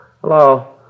Hello